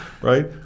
right